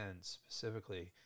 specifically